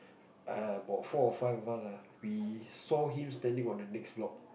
err about four or five of us ah we saw him standing on the next block